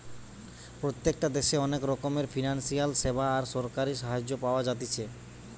প্রত্যেকটা দেশে অনেক রকমের ফিনান্সিয়াল সেবা আর সরকারি সাহায্য পাওয়া যাতিছে